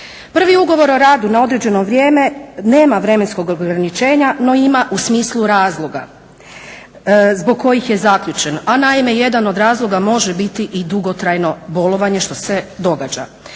Prvi ugovor o radu na određeno vrijeme nema vremenskog ograničenja no ima u smislu razloga zbog kojih je zaključen. A naime jedan od razloga može biti i dugotrajno bolovanje što se događa.